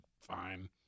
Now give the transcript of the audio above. fine